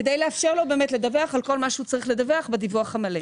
כדי לאפשר לו לדווח על כל מה שהוא צריך לדווח עליו בדיווח המלא.